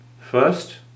First